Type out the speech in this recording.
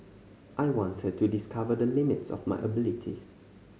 I wanted to discover the limits of my abilities